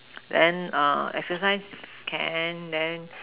then err exercise can then